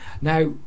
now